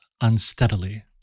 unsteadily